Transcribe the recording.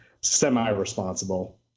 semi-responsible